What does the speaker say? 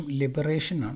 liberation